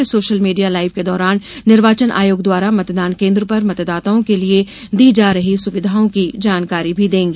वे social media live के दौरान निर्वाचन आयोग द्वारा मतदान केंद्रो पर मतदाताओं के लिए दी जा रही सुविधाओं की जानकारी भी देंगी